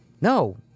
No